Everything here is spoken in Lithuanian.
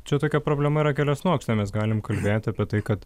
čia tokia problema yra keliasluoksnė mes galim kalbėti apie tai kad